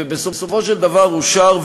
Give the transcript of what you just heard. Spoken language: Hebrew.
ובסופו של דבר אושר.